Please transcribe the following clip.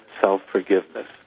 self-forgiveness